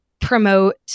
promote